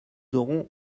aurons